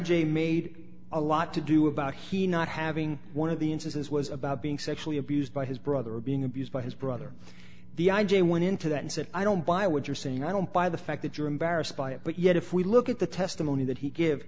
a made a lot to do about he not having one of the instances was about being sexually abused by his brother being abused by his brother the i j a went into that and said i don't buy what you're saying i don't buy the fact that you're embarrassed by it but yet if we look at the testimony that he give